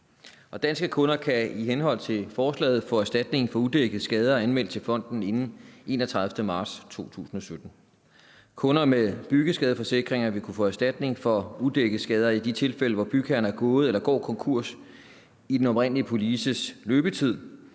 danske kunder kan i henhold til forslaget få erstatning for udækkede skader anmeldt til fonden inden den 31. marts 2017. Kunder med byggeskadeforsikring vil kunne få erstatning for udækkede skader i de tilfælde, hvor bygherren er gået eller går konkurs i den oprindelige polices løbetid,